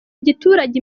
giturage